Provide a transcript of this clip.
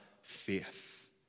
faith